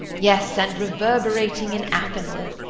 yes, and reverberating in athanor.